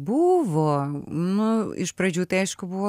buvo nu iš pradžių tai aišku buvo